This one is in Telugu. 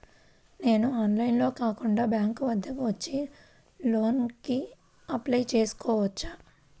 నేను ఆన్లైన్లో కాకుండా బ్యాంక్ వద్దకు వచ్చి లోన్ కు అప్లై చేసుకోవచ్చా?